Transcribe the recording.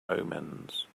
omens